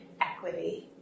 equity